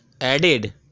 added